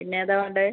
പിന്നെതാണ് വേണ്ടത്